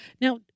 Now